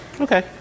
Okay